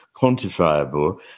quantifiable